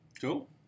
Cool